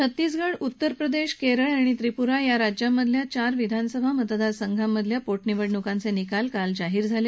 छत्तीसगड उत्तरप्रदेश केरळ आणि त्रिपूरा या राज्यांमधल्या चार विधानसभा मतदारसंघांमधल्या पोटनिवडणुकांचे निकाल काल जाहीर झाले